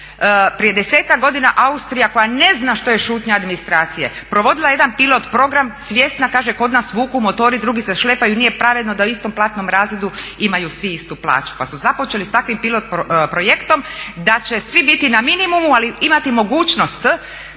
prije desetak godina Austrija koja ne zna što je šutnja administracije provodila je jedan pilot program svjesna kaže kod nas vuku motori drugi se šlepaju, nije pravedno da u istom platnom razredu imaju svi istu plaću. Pa su započeli s takvim pilot projektom da će svi biti na minimumu ali imati mogućnost